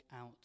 out